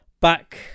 Back